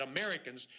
Americans